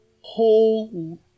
whole